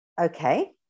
okay